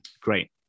Great